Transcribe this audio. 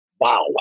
wow